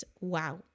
wow